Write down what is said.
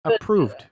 approved